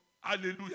Hallelujah